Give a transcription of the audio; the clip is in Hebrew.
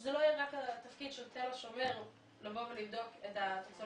שזה לא יהיה רק התפקיד של תל השומר לבדוק את הטוקסולוגיה.